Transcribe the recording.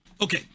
Okay